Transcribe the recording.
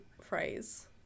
phrase